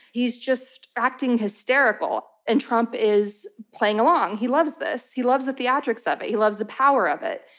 he's just acting hysterical and trump is playing along. he loves this. he loves the theatrics of it. he loves the power of it.